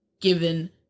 given